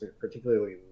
particularly